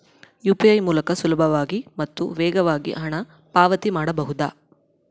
UPI ಮೂಲಕ ಸುಲಭವಾಗಿ ಮತ್ತು ವೇಗವಾಗಿ ಹಣ ಪಾವತಿ ಮಾಡಬಹುದಾ?